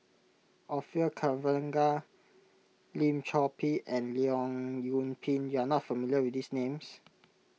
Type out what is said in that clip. Orfeur Cavenagh Lim Chor Pee and Leong Yoon Pin you are not familiar with these names